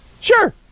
Sure